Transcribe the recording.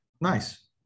nice